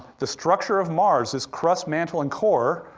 the structure of mars, its crust, mantle, and core,